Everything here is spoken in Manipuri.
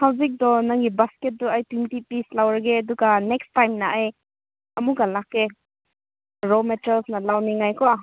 ꯍꯧꯖꯤꯛꯇꯣ ꯅꯪꯒꯤ ꯕꯥꯁꯀꯦꯠꯇꯣ ꯑꯩ ꯇ꯭ꯋꯦꯟꯇꯤ ꯄꯤꯁ ꯂꯧꯔꯒꯦ ꯑꯗꯨꯒ ꯅꯦꯛꯁ ꯇꯥꯏꯝꯅ ꯑꯩ ꯑꯃꯨꯛꯀ ꯂꯥꯛꯀꯦ ꯔꯣ ꯃꯦꯇꯔꯦꯜꯁ ꯈꯔ ꯂꯧꯅꯤꯡꯉꯥꯏꯀꯣ